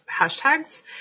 hashtags